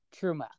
truma